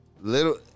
Little